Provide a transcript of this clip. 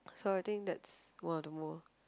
so I think that's one more